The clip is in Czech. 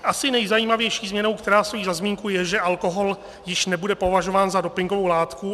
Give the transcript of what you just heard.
Asi nejzajímavější změnou, která stojí za zmínku, je, že alkohol již nebude považován za dopingovou látku.